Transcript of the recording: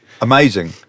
Amazing